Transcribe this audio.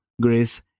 grace